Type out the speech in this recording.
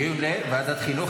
דיון בוועדת החינוך.